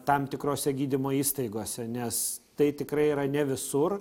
tam tikrose gydymo įstaigose nes tai tikrai yra ne visur